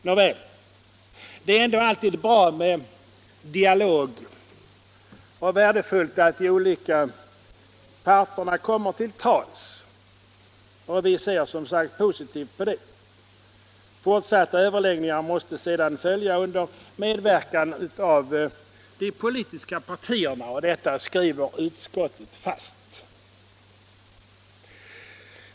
Nåväl, det är ändå alltid bra med en dialog och värdefullt att de olika parterna kommer till tals, och vi ser som sagt positivt på detta. Fortsatta överläggningar måste sedan följa under medverkan av de politiska partierna. Detta slår utskottet fast.